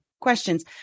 questions